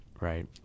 Right